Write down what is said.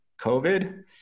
COVID